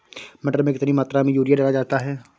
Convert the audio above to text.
मटर में कितनी मात्रा में यूरिया डाला जाता है?